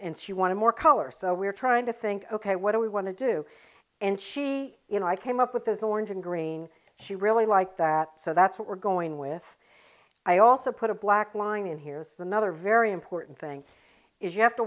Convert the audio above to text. and she wanted more color so we're trying to think ok what do we want to do and she you know i came up with this orange and green she really like that so that's what we're going with i also put a black line in here is another very important thing is you have to